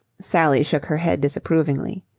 sally shook her head disapprovingly.